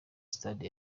sitade